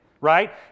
right